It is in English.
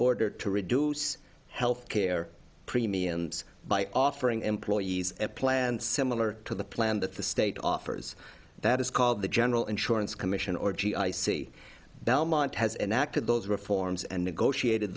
order to reduce health care premiums by offering employees a plan similar to the plan that the state offers that is called the general insurance commission or g i c belmont has enacted those reforms and negotiated